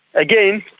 again,